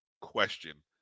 question